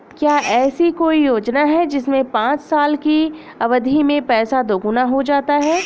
क्या ऐसी कोई योजना है जिसमें पाँच साल की अवधि में पैसा दोगुना हो जाता है?